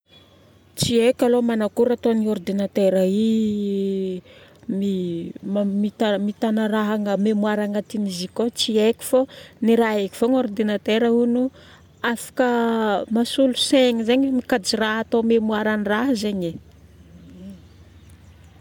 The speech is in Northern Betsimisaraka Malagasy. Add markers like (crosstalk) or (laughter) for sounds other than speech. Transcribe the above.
Tsy haiko aloha manakory ataon'ny ordinatera iiii, mii (hesitation) ma- mitagna rahana mémoire agnatin'izy io koa tsy haiko fô ny raha haiko fogna ordinatera hono afaka mahasolo saigna zegny mikajy raha atao mémoiren-draha zegny ai.